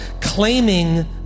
claiming